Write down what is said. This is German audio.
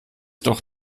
doch